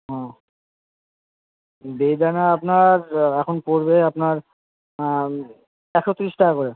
ও বেদানা আপনার এখন পড়বে আপনার একশো তিরিশ টাকা করে